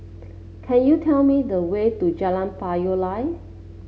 can you tell me the way to Jalan Payoh Lai